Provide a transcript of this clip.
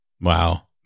Wow